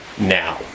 now